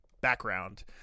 background